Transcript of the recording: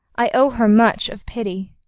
i owe her much of pity.